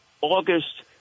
August